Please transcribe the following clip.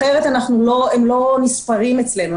אחרת הם לא נספרים אצלנו,